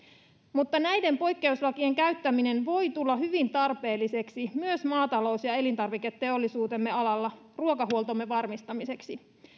mutta näiden poikkeuslakien käyttäminen voi tulla hyvin tarpeelliseksi myös maatalous ja elintarviketeollisuutemme alalla ruokahuoltomme varmistamiseksi